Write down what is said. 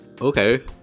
okay